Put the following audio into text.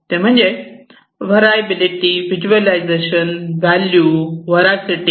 ते म्हणजे variability visualisation value veracity